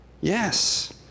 Yes